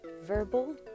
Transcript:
verbal